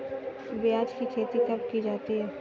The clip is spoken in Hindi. प्याज़ की खेती कब की जाती है?